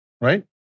Right